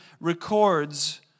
records